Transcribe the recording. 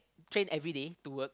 train everyday to work